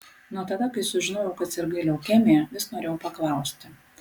nuo tada kai sužinojau kad sirgai leukemija vis norėjau paklausti